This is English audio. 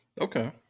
Okay